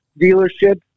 dealership